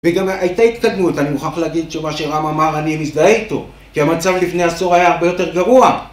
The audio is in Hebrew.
וגם הייתה התקדמות, אני מוכרח להגיד את תשובה שמה שרם אמר, אני מזדהה איתו כי המצב לפני עשור היה הרבה יותר גרוע